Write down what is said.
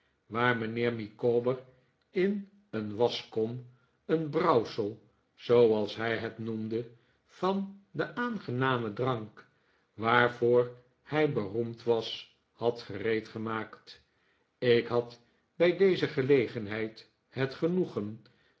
waar mijnheer micawber in een waschkom een brouwsel zooals hij het noemde van den aangenamen drank waarvoor hij beroemd was had gereedgemaakt ik had bij deze gelegenheid het genoegen